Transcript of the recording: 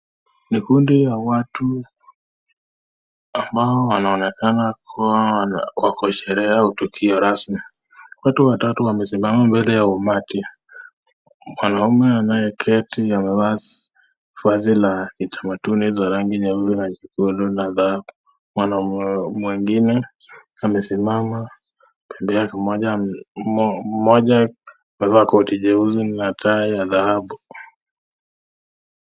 Ni kundi ya watu ambao wanaonekana kua wako sherehe yao tukio rasmi, watu wamesimama mbele ya umati, mwanaume aliyeketi amevaa vazi ya kitamaduni ya rangi nyeusi na nyekundu, kuna mwanaume mwengine amesimama kando yake mmoja amevaa koti jeusi na tai ya dhahabu.